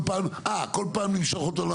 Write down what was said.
אה כל פעם למשוך אותו ?